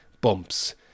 bumps